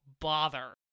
bother